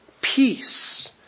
peace